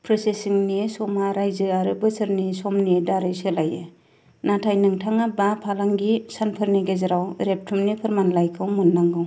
प्रोसेसिंनि समा रायजो आरो बोसोरनि समनि दारै सोलाइयो नाथाइ नोंथाङा बा फालांगि सानफोरनि गेजेराव रेबथुमनि फोरमानलाइखौ मोननांगौ